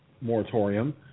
moratorium